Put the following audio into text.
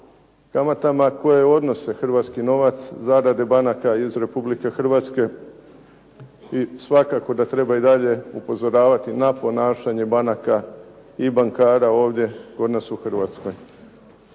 kamatama koje odnose hrvatski novac zaradi banaka iz Republike Hrvatske i svakako da treba i dalje upozoravati na ponašanje banaka i bankara ovdje kod nas u Hrvatskoj.